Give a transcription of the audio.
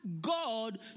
God